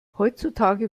heutzutage